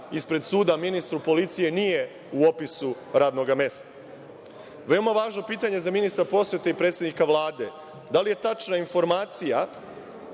ispred suda ministru policije nije u opisu radnog mesta. Veoma važno pitanje za ministra prosvete i predsednika Vlade - da li je tačna informacija,